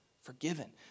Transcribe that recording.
Forgiven